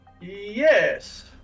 Yes